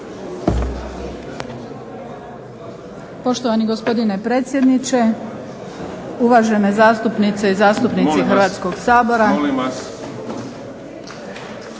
Poštovani gospodine predsjedniče, uvažene zastupnice i zastupnici Hrvatskog sabora.